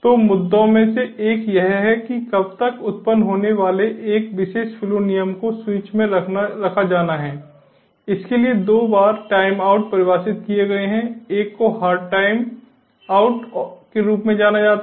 तो मुद्दों में से एक यह है कि कब तक उत्पन्न होने वाले एक विशेष फ्लो नियम को स्विच में रखा जाना है इसके लिए 2 बार टाइम आउट परिभाषित किए गए हैं एक को हार्ड टाइम आउट के रूप में जाना जाता है